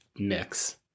Mix